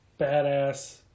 badass